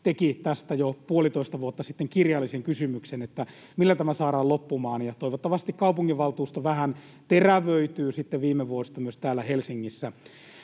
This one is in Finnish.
teki tästä jo puolitoista vuotta sitten kirjallisen kysymyksen, millä tämä saadaan loppumaan, ja toivottavasti kaupunginvaltuusto vähän terävöityy viime vuosista myös täällä Helsingissä.